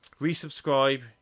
Resubscribe